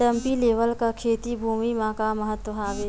Dumpy level का खेती भुमि म का महत्व हावे?